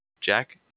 Jack